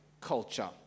culture